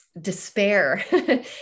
despair